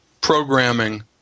programming